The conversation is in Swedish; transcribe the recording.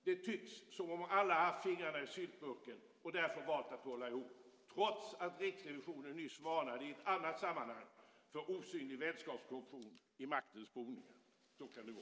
Det tycks som om alla haft fingrarna i syltburken och därför valt att hålla ihop, trots att Riksrevisionen i ett annat sammanhang nyss varnade för osynlig vänskapskorruption i maktens boningar. Så kan det gå!